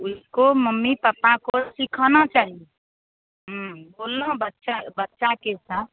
उसको mummy papa को सिखना चाहिए बोलना बच्चा बच्चे के साथ